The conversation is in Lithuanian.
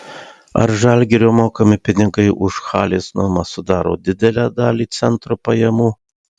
ar žalgirio mokami pinigai už halės nuomą sudaro didelę dalį centro pajamų